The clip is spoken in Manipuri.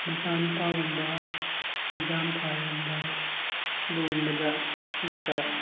ꯃꯆꯥ ꯅꯨꯄꯥꯒꯨꯝꯕ ꯑꯦꯛꯖꯥꯝ ꯊꯥꯔꯝꯗꯥꯏ ꯑꯗꯨꯒꯨꯝꯕꯗ ꯈꯛꯇ